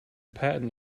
patent